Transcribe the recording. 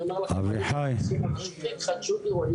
אני אומר לכם --- התחדשות עירונית,